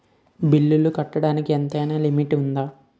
బిల్లులు కట్టడానికి ఎంతైనా లిమిట్ఉందా?